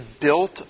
built